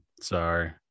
Sorry